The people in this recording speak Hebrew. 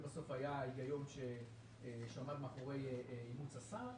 זה בסוף היה ההיגיון שעמד מאחורי אימוץ השר.